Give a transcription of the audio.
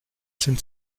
sind